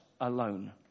alone